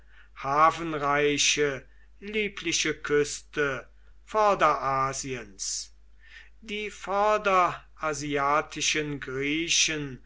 hafenreiche liebliche küste vorderasiens die vorderasiatischen griechen